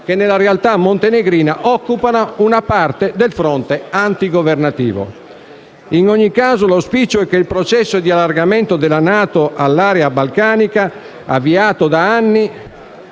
che, nella realtà montenegrina, occupano una parte del fronte antigovernativo. In ogni caso, l'auspicio è che il processo di allargamento della NATO all'area balcanica, avviato da anni,